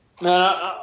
Man